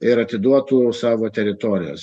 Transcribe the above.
ir atiduotų savo teritorijas